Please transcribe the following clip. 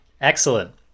Excellent